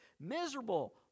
miserable